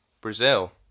Brazil